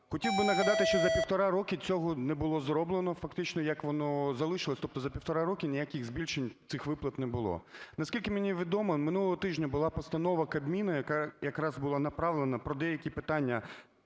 Хотів би нагадати, що за півтора роки цього не було зроблено, фактично як воно залишилося, тобто за півтора роки ніяких збільшень цих виплат не було. Наскільки мені відомо, минулого тижня була постанова Кабміну, яка якраз була направлена про деякі питання